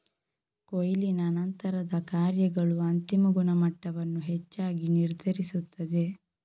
ಕೊಯ್ಲಿನ ನಂತರದ ಕಾರ್ಯಗಳು ಅಂತಿಮ ಗುಣಮಟ್ಟವನ್ನು ಹೆಚ್ಚಾಗಿ ನಿರ್ಧರಿಸುತ್ತದೆ